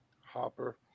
Hopper